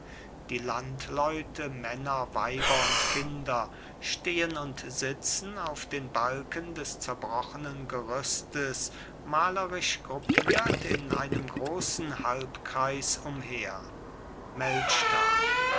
die landleute männer weiber und kinder stehen und sitzen auf den balken des zerbrochenen gerüstes malerisch gruppiert in einem grossen halbkreis umher